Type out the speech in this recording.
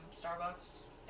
Starbucks